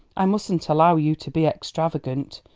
i mustn't allow you to be extravagant,